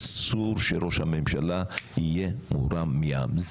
אסור שראש הממשלה יהיה מורם מעם.